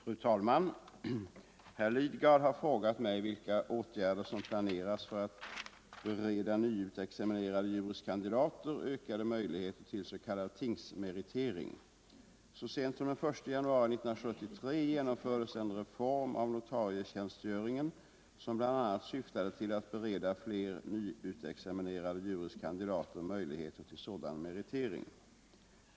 Fru talman! Herr Lidgard har frågat mig vilka åtgärder som planeras för att bereda nyutexaminerade juris kandidater ökade möjligheter till s.k. tingsmeritering. Så sent som den 1 januari 1973 genomfördes en reform av notarietjänstgöringen som bl.a. syftade till att bereda flera nyutexaminerade juris kandidater möjligheter till sådan meritering.